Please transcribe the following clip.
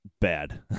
bad